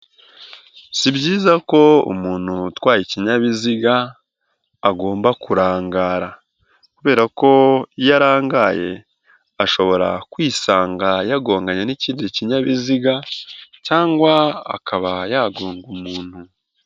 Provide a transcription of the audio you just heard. Si byiza ko umuntu utwaye ikinyabiziga agomba kurangara kubera ko iyo rangaye ashobora kwisanga yagonganye n'ikindi kinyabiziga cyangwa akabaha yagonga umuntu.